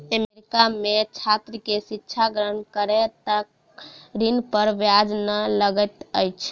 America में छात्र के शिक्षा ग्रहण करै तक ऋण पर ब्याज नै लगैत अछि